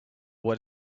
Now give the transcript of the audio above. what